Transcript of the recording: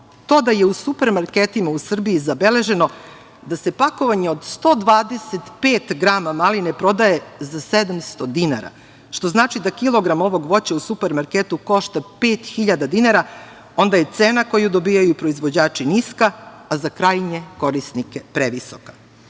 to da je u supermarketima u Srbiji zabeleženo da se pakovanje od 125 grama maline prodaje za 700 dinara, što znači da kilogram ovog voća u supermarketu košta 5.000 dinara, onda je cena koju dobijaju proizvođači niska, a za krajnje korisnike previsoka.